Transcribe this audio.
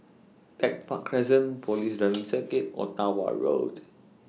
Tech Park Crescent Police Driving Circuit Ottawa Road